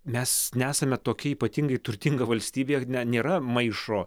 mes nesame tokia ypatingai turtinga valstybė nėra maišo